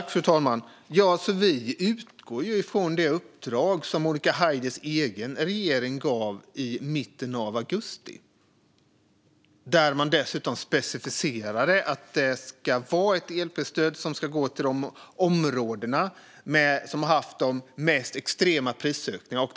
Fru talman! Vi utgår från det uppdrag som Monica Haiders egen regering gav i mitten av augusti. Där specificerades att det ska vara ett elprisstöd som ska gå till de områden som har haft de mest extrema prisökningarna.